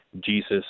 Jesus